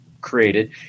created